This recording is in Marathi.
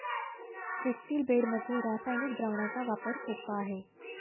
स्ट्रिप्टील बेडमध्ये रासायनिक द्रावणाचा वापर सोपा आहे